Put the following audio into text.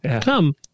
Come